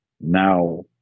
Now